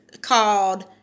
called